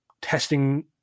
testing